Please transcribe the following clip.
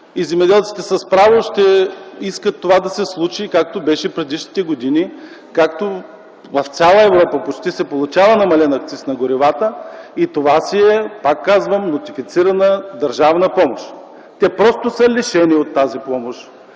и земеделците с право ще искат това да се случи, както беше в предишните години, както в почти цяла Европа се получава намален акциз на горивата. Това си е, пак казвам, нотифицирана държавна помощ. Те просто са лишени от тази помощ.